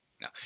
No